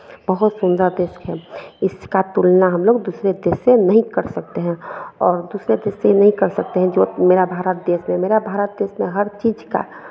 बहुत सुन्दर देश है इसका तुलना हम लोग दूसरे देश से नहीं कर सकते हैं और दूसरे देश से नहीं कर सकते हैं जो मेरा भारत देश में मेरा भारत देश में हर चीज़ का